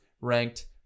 ranked